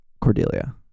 Cordelia